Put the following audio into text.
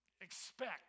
expect